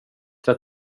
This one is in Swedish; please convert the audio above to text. till